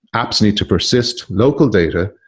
apps need to persist local data,